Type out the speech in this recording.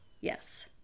Yes